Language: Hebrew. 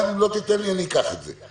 קודם כל, גם אם לא תיתן לי, אני אקח את זה.